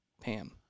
Pam